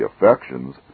affections